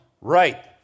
right